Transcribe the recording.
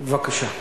ההצעה לסדר-היום.